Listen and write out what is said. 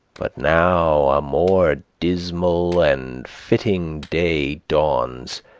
but now a more dismal and fitting day dawns,